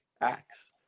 acts